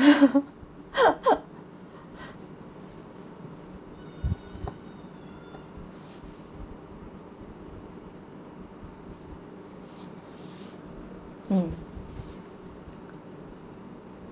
mm